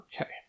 Okay